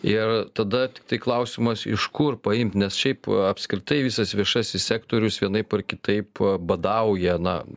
ir tada tiktai klausimas iš kur paimt nes šiaip apskritai visas viešasis sektorius vienaip ar kitaip badauja na